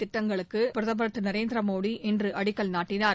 திட்டங்களுக்கு பிரதமர் திரு நரேந்திரமோடி இன்று அடிக்கல் நாட்டினார்